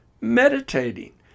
meditating